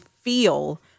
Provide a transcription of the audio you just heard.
feel